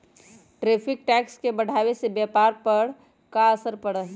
tariff tax के बढ़ावे से व्यापार पर का असर पड़ा हई